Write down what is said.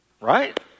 right